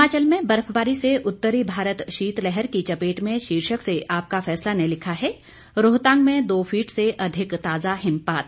हिमाचल में बर्फबारी से उत्तरी भारत शीतलहर की चपेट में शीर्षक से आपका फैसला ने लिखा है रोहतांग में दो फीट से अधिक ताजा हिमपात